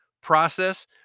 process